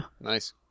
Nice